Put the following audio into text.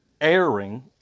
airing